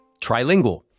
Trilingual